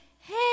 hey